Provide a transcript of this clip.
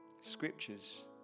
scriptures